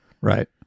Right